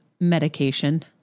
medication